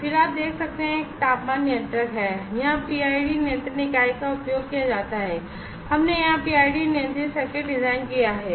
और फिर आप देख सकते हैं कि यह एक तापमान नियंत्रक है यहां पीआईडी नियंत्रण इकाई का उपयोग किया जाता है हमने यहां पीआईडी नियंत्रित सर्किट डिजाइन किया है